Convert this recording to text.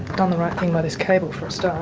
done the right thing by this cable for a start,